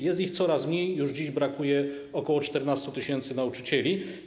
Jest ich coraz mniej, już dziś brakuje ok. 14 tys. nauczycieli.